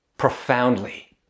Profoundly